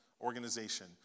organization